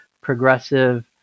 progressive